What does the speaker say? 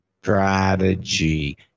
strategy